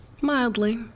Mildly